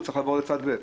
הוא צריך לעבור לצד ב'.